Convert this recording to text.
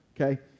okay